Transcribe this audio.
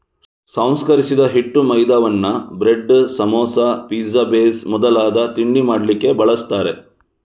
ಸಂಸ್ಕರಿಸಿದ ಹಿಟ್ಟು ಮೈದಾವನ್ನ ಬ್ರೆಡ್, ಸಮೋಸಾ, ಪಿಜ್ಜಾ ಬೇಸ್ ಮೊದಲಾದ ತಿಂಡಿ ಮಾಡ್ಲಿಕ್ಕೆ ಬಳಸ್ತಾರೆ